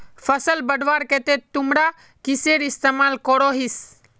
फसल बढ़वार केते तुमरा किसेर इस्तेमाल करोहिस?